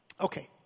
Okay